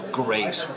great